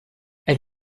elle